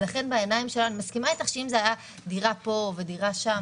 לכן אני מסכימה אתך שאם זאת הייתה דירה פה ודירה שם,